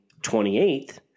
28th